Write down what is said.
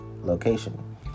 location